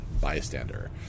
bystander